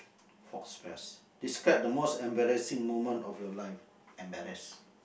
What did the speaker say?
faux-pas describe the most embarrassing moment of your life embarrass